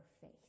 faith